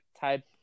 type